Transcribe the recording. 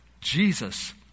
Jesus